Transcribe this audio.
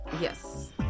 Yes